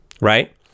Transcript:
right